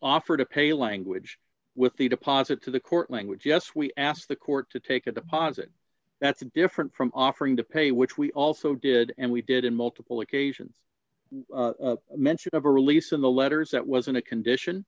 offer to pay a language with the deposit to the court language yes we asked the court to take a deposit that's different from offering to pay which we also did and we did in multiple occasions mention of a release in the letters that wasn't a condition